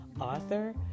author